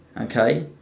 okay